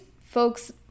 folks